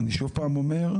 אני שוב פעם אומר,